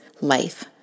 life